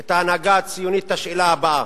את ההנהגה הציונית, את השאלה הבאה: